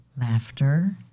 laughter